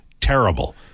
terrible